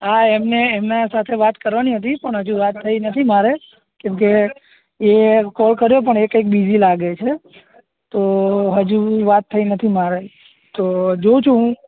હા એટલે એમના સાથે વાત કરવાની હતી પણ હજુ વાત થઈ નથી મારે કેમકે એ કોલ કર્યો પણ એ કંઈક બીઝી લાગે છે તો હજુ વાત થઈ નથી મારે તો જોઉં છું હું